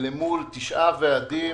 למול תשעה ועדים,